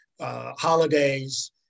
holidays